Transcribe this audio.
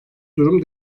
durum